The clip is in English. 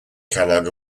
kellogg